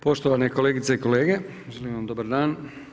Poštovane kolegice i kolege, želim vam dobar dan.